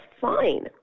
fine